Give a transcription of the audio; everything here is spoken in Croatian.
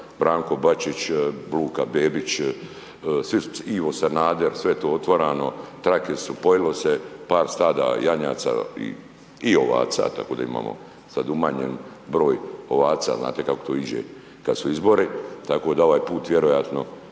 Branko Bačić, Luka Bebić, Ivo Sanader, sve je to otvarano, trake su, pojelo se, par stada janjaca i ovaca da budemo sada umanjen broj ovaca znate kako to iđe kada su izbori, tako da ovaj put vjerojatno